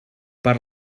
per